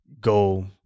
go